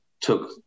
took